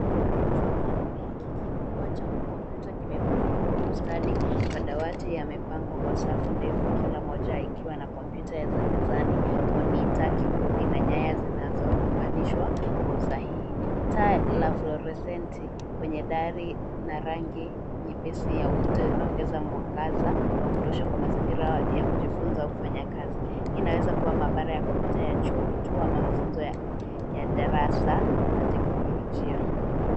Chumba hiki kikubwa cha kompyuta kimepangiliwa kwa ustadi. Madawati yamepangwa kwa safu ndefu kila moja ikiwa na kompyuta za mezani, monitor , kibodi na nyaya zinazounganishwa kwa usahihi. Taa la fluorescent kwenye dari na rangi nyepesi ya ukuta vinaongeza mwangaza wa kutosha kwa mazingira ya kujifunza au kufanya kazi. Hii inaweza kuwa maabara ya kompyuta ya chuo, kituo ama mafunzo ya darasa la teknolojia.